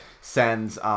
sends